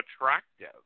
attractive